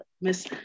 Miss